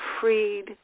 freed